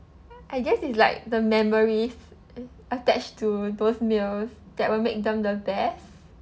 I guess it's like the memories attached to those meals that will make them the best